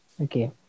Okay